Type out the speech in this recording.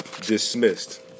dismissed